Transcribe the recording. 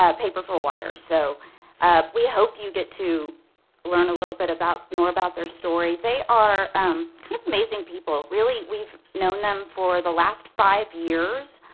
ah paper for water. so we hope you get to learn a little bit more about their story. they are kind of amazing people. really, we've known them for the last five years,